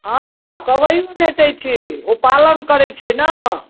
हँ कबईओ भेटैत छै ओ पालन करैत छै ने